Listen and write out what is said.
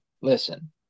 listen